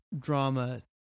drama